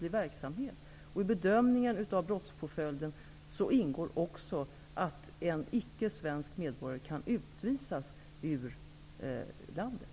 I bedömningen av brottspåföljden ingår också att en icke svensk medborgare kan utvisas ur landet.